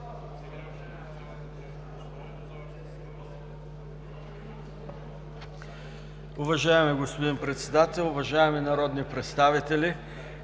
Уважаеми господин Председател, уважаеми народни представители!